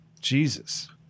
jesus